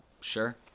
Sure